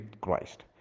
Christ